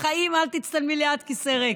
בחיים אל תצטלמי ליד כיסא ריק.